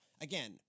again